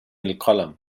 القلم